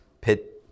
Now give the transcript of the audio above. pit